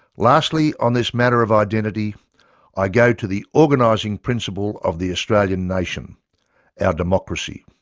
lastly on this matter of identity i go to the organising principle of the australian nation our democracy.